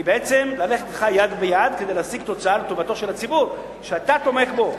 היא בעצם ללכת אתך יד ביד כדי להשיג תוצאה לטובת הציבור שאתה תומך בו,